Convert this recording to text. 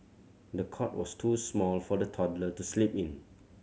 the cot was too small for the toddler to sleep in